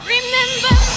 Remember